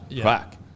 crack